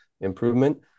improvement